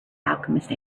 alchemist